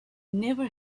never